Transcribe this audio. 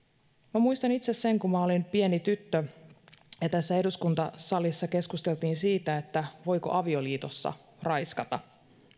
muistan itse että kun olin pieni tyttö tässä eduskuntasalissa keskusteltiin siitä voiko avioliitossa raiskata